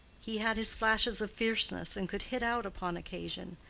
he had his flashes of fierceness and could hit out upon occasion,